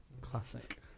Classic